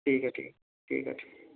ٹھیک ہے ٹھیک ہے ٹھیک ہے ٹھیک ہے